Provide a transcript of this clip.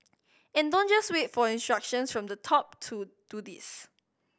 and don't just wait for instructions from the top to do this